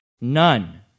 None